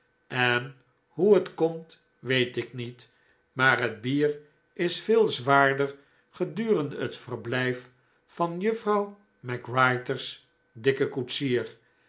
en hoe het komt weet ik niet maar het bier is veel zwaarder gedurende het verblijf van juffrouw mac whirter's dikken koetsier